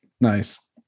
Nice